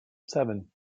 seven